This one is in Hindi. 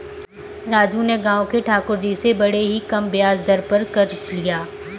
राजू ने गांव के ठाकुर जी से बड़े ही कम ब्याज दर पर कर्ज लिया